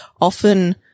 often